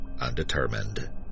undetermined